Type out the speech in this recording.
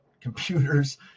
computers